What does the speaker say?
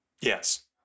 Yes